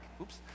oops